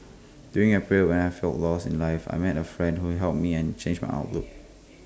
during A period when I felt lost in life I met A friend who helped me and changed my outlook